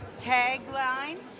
tagline